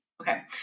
Okay